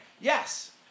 Yes